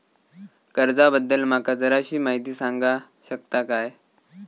कर्जा बद्दल माका जराशी माहिती सांगा शकता काय?